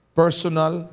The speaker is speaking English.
personal